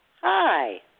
Hi